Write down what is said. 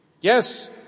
Yes